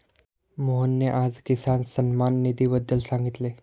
मोहनने आज किसान सन्मान निधीबद्दल सांगितले